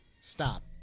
Stop